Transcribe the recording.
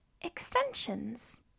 extensions